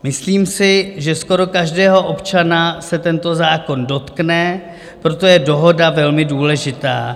Myslím si, že skoro každého občana se tento zákon dotkne, proto je dohoda velmi důležitá.